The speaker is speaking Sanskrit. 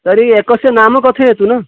तर्हि एकस्य नाम कथयतु न